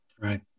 Right